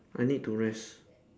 I need to rest